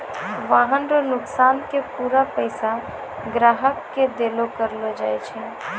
वाहन रो नोकसान के पूरा पैसा ग्राहक के देलो करलो जाय छै